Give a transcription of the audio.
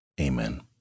Amen